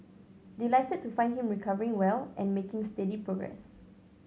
delighted to find him recovering well and making steady progress